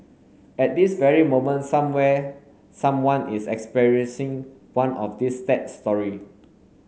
at this very moment somewhere someone is experiencing one of these sad story